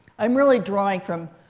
i'm really drawing from